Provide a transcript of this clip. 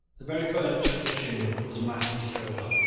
the very furniture of the chimney was massy silver.